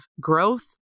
growth